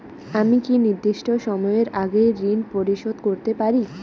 আমি কি নির্দিষ্ট সময়ের আগেই ঋন পরিশোধ করতে পারি?